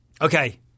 Okay